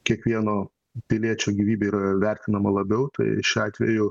kiekvieno piliečio gyvybė yra vertinama labiau tai šiuo atveju